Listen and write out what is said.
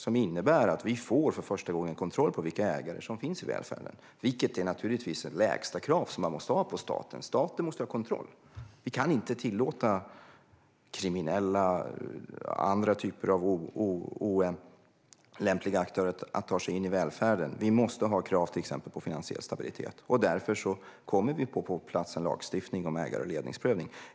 Det innebär att vi för första gången får kontroll på vilka ägare som finns i välfärden. Det är naturligtvis ett lägstakrav som man måste ha på staten. Staten måste ha kontroll. Vi kan inte låta kriminella och andra typer av olämpliga aktörer ta sig in i välfärden. Vi måste ha krav på till exempel finansiell stabilitet. Därför kommer vi att få en lagstiftning på plats om ägar och ledningsprövning.